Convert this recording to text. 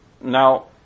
Now